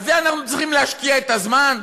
בזה אנחנו צריכים להשקיע את הזמן?